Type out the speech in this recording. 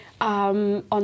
On